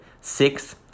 six